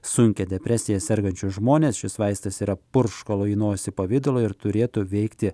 sunkia depresija sergančius žmones šis vaistas yra purškalo į nosį pavidalo ir turėtų veikti